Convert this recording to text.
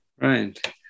Right